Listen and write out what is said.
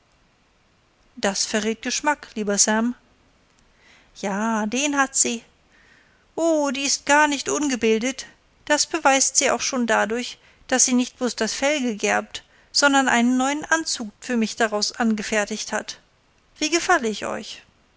das verrät geschmack lieber sam ja den hat sie o die ist gar nicht ungebildet das beweist sie auch schon dadurch daß sie nicht bloß das fell gegerbt sondern einen neuen anzug für mich daraus angefertigt hat wie gefalle ich euch